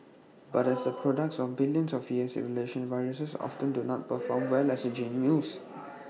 but as the products of billions of years of evolution viruses often do not perform well as gene mules